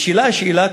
נשאלה השאלה,